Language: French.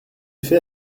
fait